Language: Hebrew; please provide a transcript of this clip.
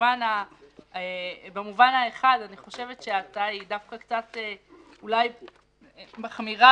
אני חושבת שההצעה אולי קצת מחמירה,